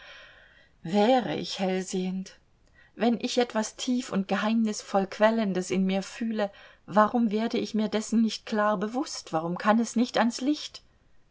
wäre ich hellsehend wenn ich etwas tief und geheimnisvoll quellendes in mir fühle warum werde ich mir dessen nicht klar bewußt warum kann es nicht an's licht